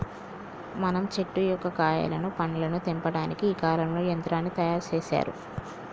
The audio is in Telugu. మనం చెట్టు యొక్క కాయలను పండ్లను తెంపటానికి ఈ కాలంలో యంత్రాన్ని తయారు సేసారు